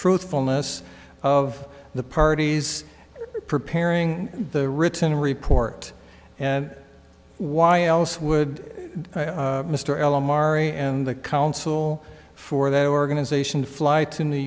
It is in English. truthfulness of the parties preparing the written report and why else would mr alomari and the counsel for their organization fly to new